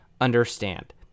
understand